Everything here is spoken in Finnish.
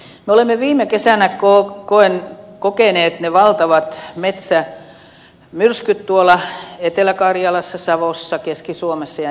me olemme viime kesänä kokeneet ne valtavat metsämyrskyt tuolla etelä karjalassa savossa keski suomessa ja niin edelleen